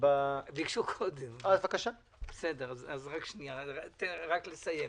ביקשו קודם, תן לה לסיים.